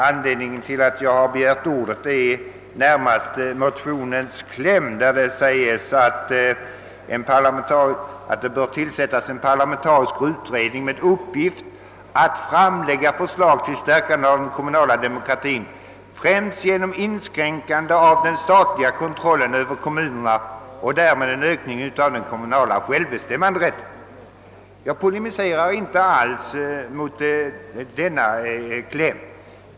Anledningen till att jag emellertid begärt ordet är närmast motionens kläm, där det sägs att det bör tillsättas »en parlamentarisk utredning med uppgift att framlägga förslag till stärkande av den kommunala demokratien, främst genom inskränkande av den statliga kontrollen över kommunerna och därmed en ökning av den kommunala självbestämmanderätten ———». Jag polemiserar inte alls mot denna kläm.